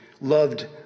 loved